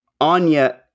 Anya